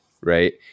right